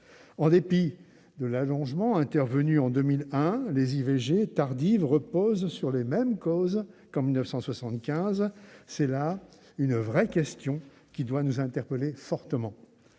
En dépit de l'allongement du délai intervenu en 2001, les IVG tardives reposent sur les mêmes causes qu'en 1975. C'est là une vraie question, qui doit nous interpeller fortement.